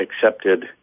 accepted